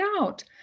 out